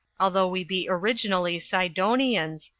although we be originally sidonians,